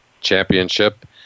Championship